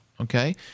Okay